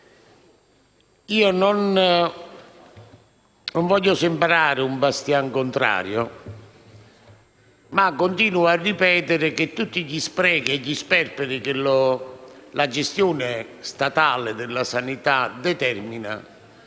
Non voglio sembrare un bastian contrario, ma continuo a ripetere che tutti gli sprechi e gli sperperi che la gestione statale della sanità determina